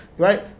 Right